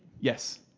Yes